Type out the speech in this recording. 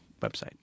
Website